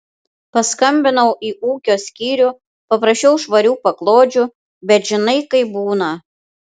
paskambinau į ūkio skyrių paprašiau švarių paklodžių bet žinai kaip būna